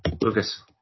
Lucas